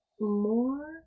more